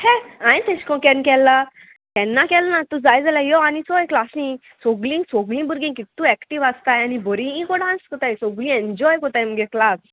हें हांयें तेशें कोन्न केन्ना केलां केन्ना केल्लो ना तूं जाय जाल्यार यो आनी चोय क्लासी सोगलीं सोगलीं भुरगीं कित तूं एक्टीव आसताय आनी बरीं कोण डांस कोताय सोगलीं एन्जॉय कोताय मुगे क्लास